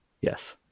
Yes